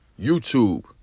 YouTube